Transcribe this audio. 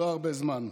לא הרבה זמן.